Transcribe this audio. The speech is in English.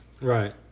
Right